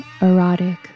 erotic